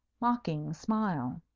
mocking smile.